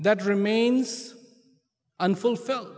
that remains unfulfilled